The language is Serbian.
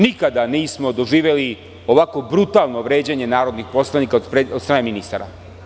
Nikada nismo doživeli ovako brutalno vređanje narodnih poslanika od strane ministara.